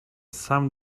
sam